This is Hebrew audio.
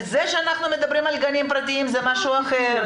זה שאנו מדברים עת גנים פרטיים זה משהו אחר.